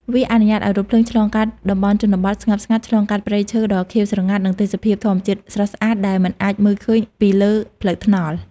វាអនុញ្ញាតឱ្យរថភ្លើងឆ្លងកាត់ តំបន់ជនបទ ស្ងប់ស្ងាត់ ឆ្លងកាត់ ព្រៃឈើដ៏ខៀវស្រងាត់ និង ទេសភាពធម្មជាតិស្រស់ស្អាត ដែលមិនអាចមើលឃើញពីលើផ្លូវថ្នល់។